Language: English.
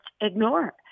ignore